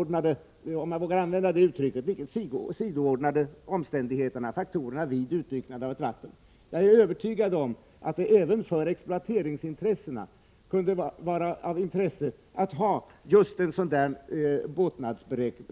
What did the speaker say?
— om jag vågar använda det uttrycket — litet sidoordnade faktorerna vid utbyggnad av ett vatten. Jag är övertygad om att det även för exploateringsintressena kunde vara av intresse att ha just sådana båtnadstabeller.